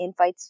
infights